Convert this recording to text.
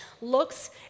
looks